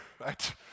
right